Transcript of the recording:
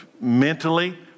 mentally